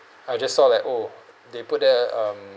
I just saw like oh they put there um